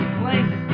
place